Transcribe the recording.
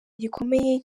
gikomeye